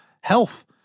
health